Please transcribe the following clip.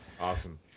awesome